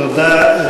תודה.